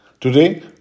Today